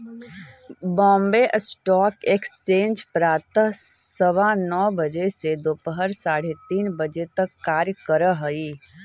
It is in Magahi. बॉम्बे स्टॉक एक्सचेंज प्रातः सवा नौ बजे से दोपहर साढ़े तीन तक कार्य करऽ हइ